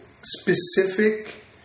specific